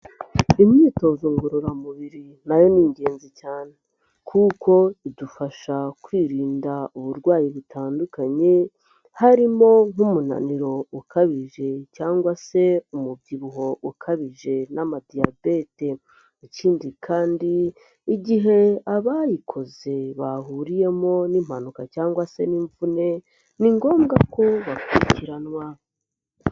Imyitozo ngororamubiri na yo ni ingenzi cyane kuko idufasha kwirinda uburwayi butandukanye, harimo nk'umunaniro ukabije cyangwa se umubyibuho ukabije n'ama Diyabete, ikindi kandi igihe abayikoze bahuriyemo n'impanuka cyangwa se n'imvune ni ngombwa ko bakurikiranwa.